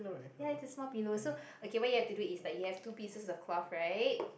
ya it's a small pillow so okay what you have to do is like you have two pieces of cloth right